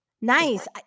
Nice